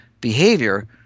behavior